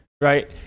right